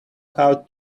how